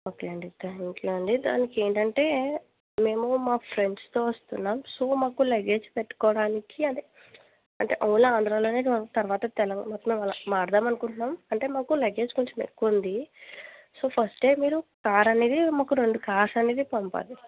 okay అండి thank you అండి దానికి ఏంటంటే మేము మా ఫ్రెండ్స్తో వస్తున్నాం సో మాకు లగేజ్ పెట్టుకోవడానికి అదే అంటే ఓలా ఆంధ్రాలోనే అంటే తర్వాత తెలంగాణ వచ్చినాక మారుదాం అనుకుంటున్నాం అంటే మాకు లగేజ్ కొంచెం ఎక్కువ ఉంది సో ఫస్ట్ మీరు కార్ అనేది రెండు కార్స్ అనేది పంపాలి